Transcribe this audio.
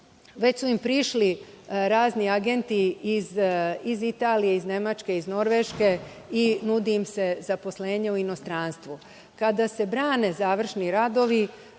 već su im prišli razni agenti iz Italije, Nemačke, Norveške i nudi im se zaposlenje u inostranstvu. Kada se brane završni radovi,